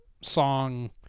song